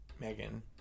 Megan